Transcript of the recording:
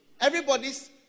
Everybody's